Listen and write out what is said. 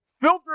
filter